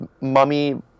mummy